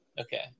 Okay